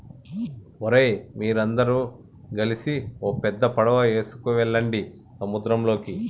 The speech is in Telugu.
ఓరై మీరందరు గలిసి ఓ పెద్ద పడవ ఎసుకువెళ్ళండి సంద్రంలోకి